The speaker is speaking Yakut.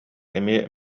эмиэ